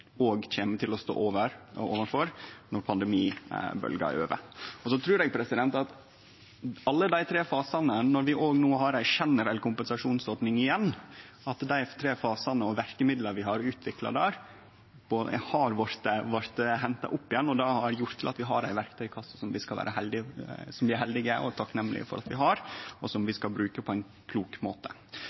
kjem til å stå overfor når pandemibølgja er over. Så trur eg – når vi no har ei generell kompensasjonsordning igjen – at alle dei tre fasane og verkemidla vi har utvikla der, har blitt henta opp igjen. Det har gjort at vi har ei verktøykasse som vi er heldige med og takknemlige for at vi har, og som vi skal bruke på ein klok måte.